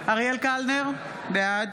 אריאל קלנר, בעד